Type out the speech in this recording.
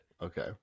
okay